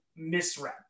Misrep